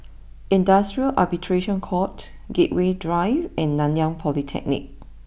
Industrial Arbitration court Gateway Drive and Nanyang Polytechnic